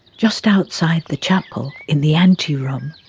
just outside the chapel, in the anteroom,